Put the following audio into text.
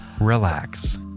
relax